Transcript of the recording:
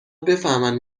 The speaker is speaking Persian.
بفهمن